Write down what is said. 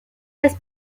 las